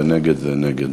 ונגד זה נגד.